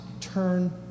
turn